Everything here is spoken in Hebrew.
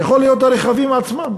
ויכול להיות הרכבים עצמם.